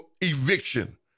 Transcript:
eviction